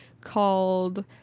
called